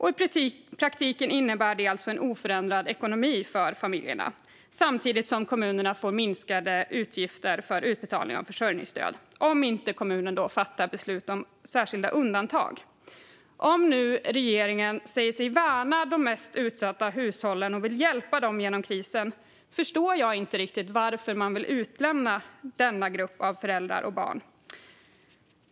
I praktiken innebär det alltså en oförändrad ekonomi för familjerna, samtidigt som kommunerna får minskade utgifter för utbetalning av försörjningsstöd - om inte kommunen fattar beslut om särskilda undantag. Om nu regeringen säger sig värna om de mest utsatta hushållen och vill hjälpa dem genom krisen förstår jag inte riktigt varför man vill lämna den här gruppen av föräldrar och barn utanför.